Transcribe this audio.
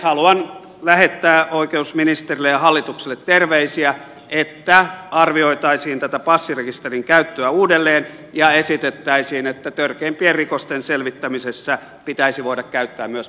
haluan lähettää oikeusministerille ja hallitukselle terveisiä että arvioitaisiin tätä passirekisterin käyttöä uudelleen ja esitettäisiin että törkeimpien rikosten selvittämisessä pitäisi voida käyttää myös passirekisterin tietoja